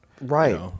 right